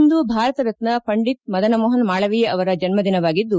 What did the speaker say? ಇಂದು ಭಾರತ ರತ್ನ ಪಂಡಿತ್ ಮದನ ಮೋಹನ್ ಮಾಳವೀಯ ಅವರ ಜನ್ನ ದಿನವಾಗಿದ್ದು